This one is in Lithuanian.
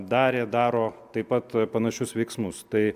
darė daro taip pat panašius veiksmus tai